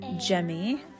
Jemmy